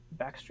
Backstreet